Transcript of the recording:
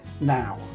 now